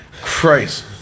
Christ